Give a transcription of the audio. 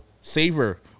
savor